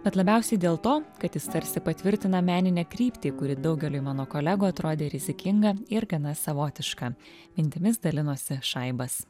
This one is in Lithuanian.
bet labiausiai dėl to kad jis tarsi patvirtina meninę kryptį kuri daugeliui mano kolegų atrodė rizikinga ir gana savotiška mintimis dalinosi šaibas